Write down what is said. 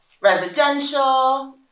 residential